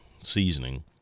seasoning